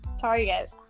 target